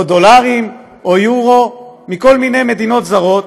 או דולרים, או אירו, מכל מיני מדינות זרות.